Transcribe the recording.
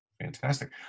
Fantastic